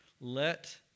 let